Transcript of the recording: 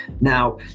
now